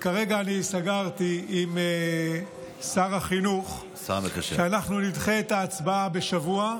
כרגע סגרתי עם שר החינוך שנדחה את ההצבעה בשבוע,